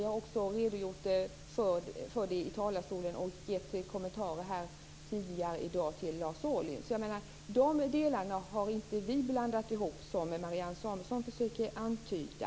Jag har också redogjort för frågan i talarstolen och gett kommentarer till Lars Ohly. De delarna har vi inte blandat ihop, som Marianne Samuelsson försöker antyda.